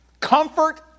Comfort